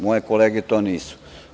Moje kolege to nisu.